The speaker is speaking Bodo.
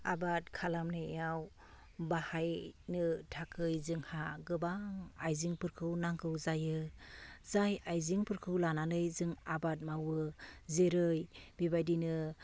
आबाद खालामनायाव बाहायनो थाखाय जोंहा गोबां आइजेंफोरखौ नांगौ जायो जाय आइजेंफोरखौ लानानै जों आबाद मावो जेरै बेबायदिनो